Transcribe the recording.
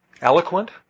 eloquent